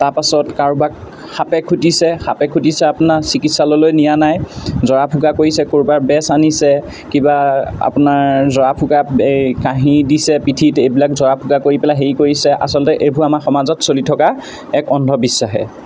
তাৰপাছত কাৰোবাক সাপে খুটিছে সাপে খুটিছে আপোনাৰ চিকিৎসালয়লৈ নিয়া নাই জৰা ফুকা কৰিছে ক'ৰবাৰ বেজ আনিছে কিবা আপোনাৰ জৰা ফুকা এই কাঁহী দিছে পিঠিত এইবিলাক জৰা ফুকা কৰি পেলাই হেৰি কৰিছে আচলতে এইবোৰ আমাৰ সমাজত চলি থকা এক অন্ধবিশ্বাস হে